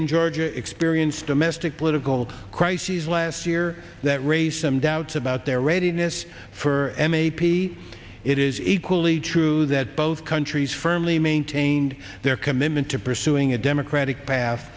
in georgia experienced domestic political crises last year that raised some doubts about their readiness for m e p it is equally true that both countries firmly maintained their commitment to pursuing a democratic path